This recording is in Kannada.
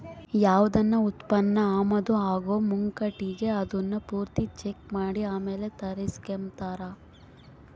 ಯಾವ್ದನ ಉತ್ಪನ್ನ ಆಮದು ಆಗೋ ಮುಂಕಟಿಗೆ ಅದುನ್ನ ಪೂರ್ತಿ ಚೆಕ್ ಮಾಡಿ ಆಮೇಲ್ ತರಿಸ್ಕೆಂಬ್ತಾರ